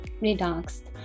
relaxed